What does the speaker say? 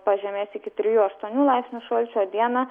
pažemės iki trijų aštuonių laipsnių šalčio o dieną